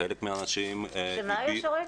חלק מהאנשים --- שמה ישרת?